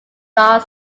dark